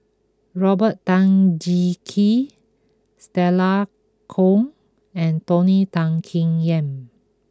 Robert Tan Jee Keng Stella Kon and Tony Tan Keng Yam